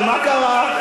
ומה קרה?